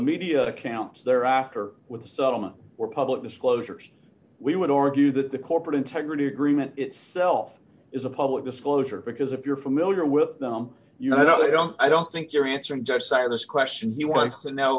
media accounts there after with the settlement or public disclosures we would argue that the corporate integrity agreement itself is a public disclosure because if you're familiar with them you know they don't i don't think you're answering josiah this question he wants to know